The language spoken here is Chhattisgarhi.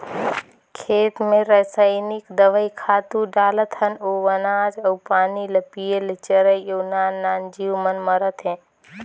खेत मे रसइनिक दवई, खातू डालत हन ओ अनाज अउ पानी ल पिये ले चरई अउ नान नान जीव मन मरत हे